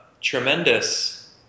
tremendous